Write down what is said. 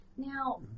Now